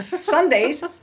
Sundays